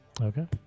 okay